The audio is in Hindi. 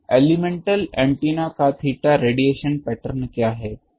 तो एलेमेंटल एंटीना का थीटा रेडिएशन पैटर्न क्या है